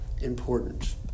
important